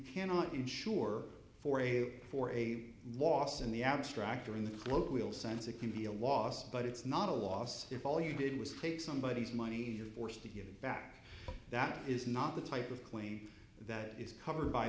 cannot ensure for a for a loss in the abstract or in the quote wheel sense it can be a loss but it's not a loss if all you did was take somebody is money you're forced to give back that is not the type of claim that is covered by